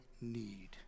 need